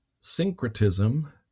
syncretism